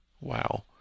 wow